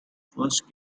first